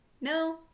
no